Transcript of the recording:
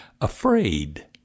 afraid